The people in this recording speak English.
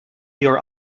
your